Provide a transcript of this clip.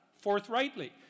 forthrightly